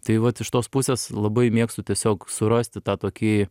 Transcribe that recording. tai vat iš tos pusės labai mėgstu tiesiog surasti tą tokį